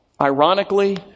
Ironically